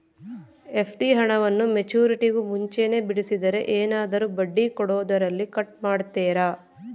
FD ಹಣವನ್ನು ಮೆಚ್ಯೂರಿಟಿಗೂ ಮುಂಚೆನೇ ಬಿಡಿಸಿದರೆ ಏನಾದರೂ ಬಡ್ಡಿ ಕೊಡೋದರಲ್ಲಿ ಕಟ್ ಮಾಡ್ತೇರಾ?